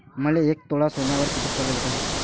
मले एक तोळा सोन्यावर कितीक कर्ज भेटन?